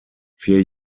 vier